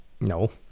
No